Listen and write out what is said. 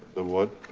the what?